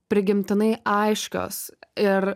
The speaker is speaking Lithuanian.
prigimtinai aiškios ir